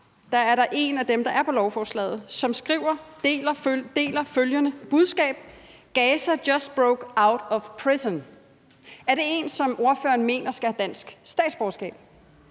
terrorangreb på Israel, skrev og delte følgende budskab: Gaza just broke out of prison. Er det en, som ordføreren mener skal have dansk statsborgerskab?